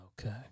Okay